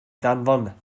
ddanfon